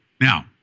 Now